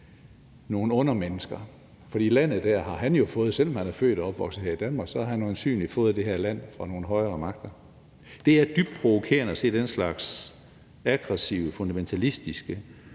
nogle undermennesker, fordi landet der har han jo fået. Selv om han er født og opvokset her i Danmark, har han øjensynlig fået det her land fra nogle højere magter. Det er dybt provokerende at se den slags aggressive, fundamentalistiske